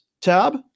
tab